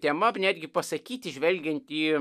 tema netgi pasakyti žvelgiant į